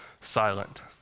silent